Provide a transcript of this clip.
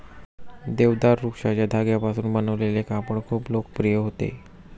देवदार वृक्षाच्या धाग्यांपासून बनवलेले कापड खूप लोकप्रिय होते